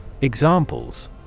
Examples